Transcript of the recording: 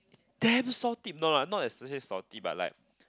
damn salty no lah not especially salty but like